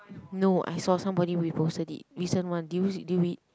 no I saw somebody reposted it recent one did you did you read